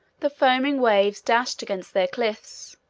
the foaming waves dashed against their cliffs,